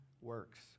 works